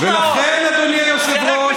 ולכן, אדוני היושב-ראש,